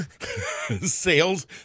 sales